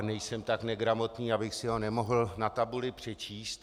Nejsem tak negramotný, abych si ho nemohl na tabuli přečíst.